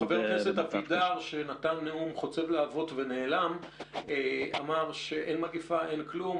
חבר הכנסת אבידר שנתן נאום חוצב להבות ונעלם אמר שאין מגיפה ואין כלום.